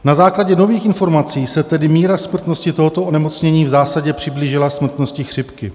Na základě nových informací se tedy míra smrtnosti tohoto onemocnění v zásadě přiblížila smrtnosti chřipky.